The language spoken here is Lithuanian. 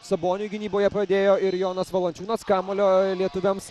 saboniui gynyboje padėjo ir jonas valančiūnas kamuolio lietuviams